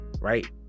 right